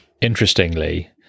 interestingly